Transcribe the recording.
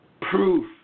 proof